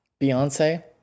Beyonce